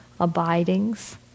abidings